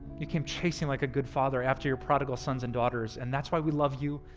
you came chasing like a good father after your prodigal sons and daughters and that's why we love you